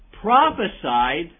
prophesied